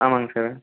ஆமாங்க சார்